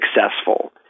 successful